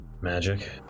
Magic